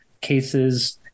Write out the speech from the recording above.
cases